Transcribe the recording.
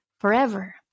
forever